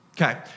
Okay